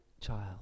child